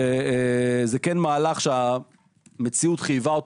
זה כן מהלך שהמציאות מחייבת אותו,